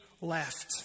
left